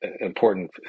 important